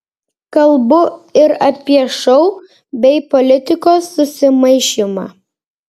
kalbu ir apie šou bei politikos susimaišymą